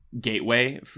gateway